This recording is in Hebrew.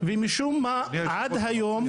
ומשום מה, עד היום,